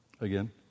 again